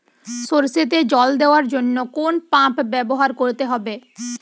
সরষেতে জল দেওয়ার জন্য কোন পাম্প ব্যবহার করতে হবে?